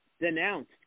denounced